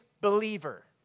believer